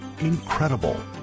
Incredible